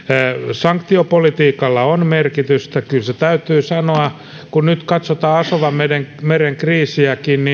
sanktiopolitiikalla on merkitystä kyllä se täytyy sanoa kun nyt katsotaan asovanmeren kriisiäkin